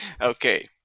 Okay